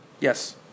Yes